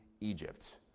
Egypt